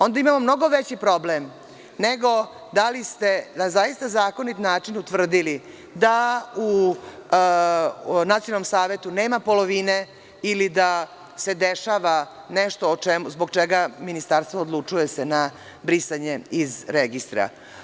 Onda imamo mnogo veći problem nego da li ste na zaista zakonit način utvrdili da u nacionalnom savetu nema polovine ili da se dešava nešto zbog čega se ministarstvo odlučuje na brisanje iz registra.